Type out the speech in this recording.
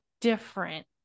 different